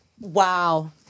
wow